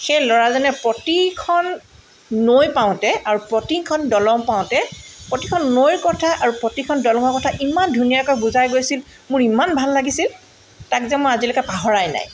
সেই ল'ৰাজনে প্ৰতিখন নৈ পাওঁতে আৰু প্ৰতিখন দলং পাওঁতে প্ৰতিখন নৈৰ কথা আৰু প্ৰতিখন দলঙৰ কথা ইমান ধুনীয়াকৈ বুজাই গৈছিল মোৰ ইমান ভাল লাগিছিল তাক যে মই আজিলৈকে পাহৰাই নাই